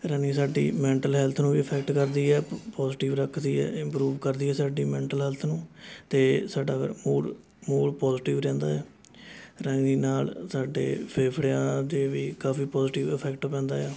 running ਸਾਡੀ mental health ਨੂੰ ਵੀ ਇਫੈਕਟ ਕਰਦੀ ਹੈ ਪ ਪੌਜੀਟਿਵ ਰੱਖਦੀ ਹੈ ਇੰਮਪਰੂਵ ਕਰਦੀ ਹੈ ਸਾਡੀ ਮੈਟਲ ਹੈਲਥ ਨੂੰ ਅਤੇ ਸਾਡਾ ਫਿਰ ਮੂਡ ਮੂਡ ਪੌਜੀਟਿਵ ਰਹਿੰਦਾ ਹੈ ਰਨਿੰਗ ਨਾਲ਼ ਸਾਡੇ ਫੇਫੜਿਆਂ 'ਤੇ ਵੀ ਕਾਫ਼ੀ ਪੌਜੀਟਿਵ ਇਫੈਕਟ ਪੈਂਦਾ ਆ